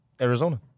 Arizona